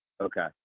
Okay